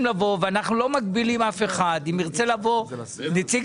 לבוא נציג